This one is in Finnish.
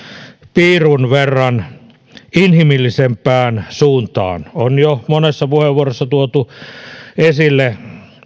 piirun verran inhimillisempään suuntaan on jo monessa puheenvuorossa tuotu esille